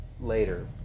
later